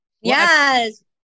Yes